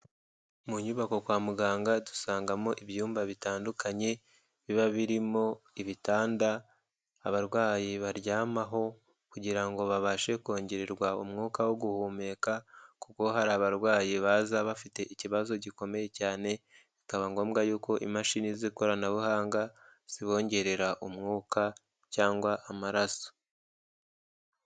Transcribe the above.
Mu nyubako kwa muganga dusangamo ibyumba bitandukanye, biba birimo ibitanda abarwayi baryamaho, kugira ngo babashe kongererwa umwuka wo guhumeka, kuko hari abarwayi baza bafite ikibazo gikomeye cyane, bikaba ngombwa yuko imashini z'ikoranabuhanga, zibongerera umwuka cyangwa amaraso.